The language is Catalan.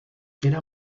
era